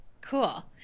Cool